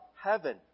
heaven